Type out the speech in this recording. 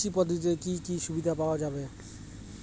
কৃষি পদ্ধতিতে কি কি সুবিধা পাওয়া যাবে?